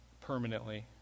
permanently